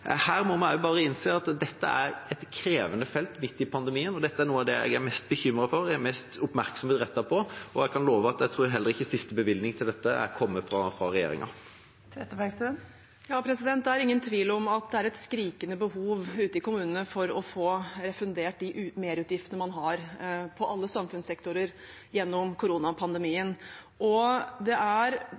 her må vi bare innse at dette er et krevende felt midt i pandemien, og dette er noe av det jeg er mest bekymret for, og har mest oppmerksomhet rettet mot. Jeg kan love at jeg tror heller ikke siste bevilgningen til dette er kommet fra regjeringa. Det er ingen tvil om at det er et skrikende behov ute i kommunene for å få refundert de merutgiftene man har i alle samfunnssektorer gjennom koronapandemien. Det er barneministeren og regjeringens oppgave å sørge for at kommunene er